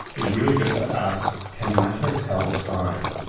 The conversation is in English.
is really just to ask can matter tell time.